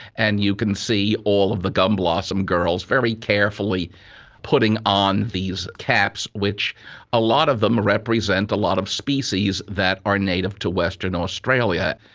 and you can see all of the gum blossom girls very carefully putting on these caps which a lot of them represent a lot of species that are native to western australia.